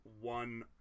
one